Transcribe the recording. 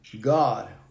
God